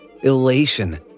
elation